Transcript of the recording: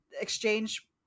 exchange